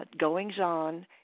goings-on